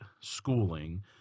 schooling